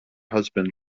husband